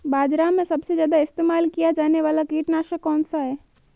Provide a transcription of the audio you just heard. बाज़ार में सबसे ज़्यादा इस्तेमाल किया जाने वाला कीटनाशक कौनसा है?